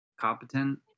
competent